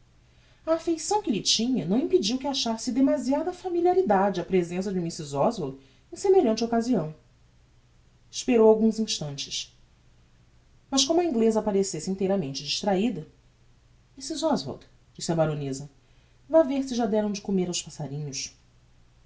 a affeição que lhe tinha não impediu que achasse demasiada familiaridade a presença de mrs oswald em semelhante occasião esperou alguns instantes mas como a ingleza parecesse inteiramente distrahida mrs oswald disse a baroneza vá ver se ja deram de comer aos passarinhos